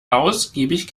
ausgiebig